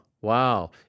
Wow